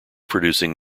producing